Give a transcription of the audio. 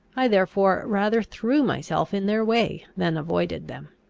i therefore rather threw myself in their way than avoided them.